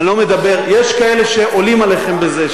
אני לא מדבר, יש כאלה שעולים עליכם בזה.